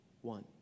One